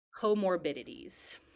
Comorbidities